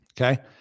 Okay